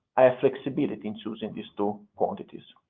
i have flexibility in choosing these two quantities.